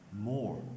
more